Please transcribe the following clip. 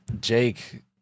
Jake